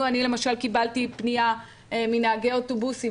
אני למשל קיבלתי פנייה מנהגי אוטובוסים,